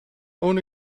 own